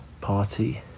Party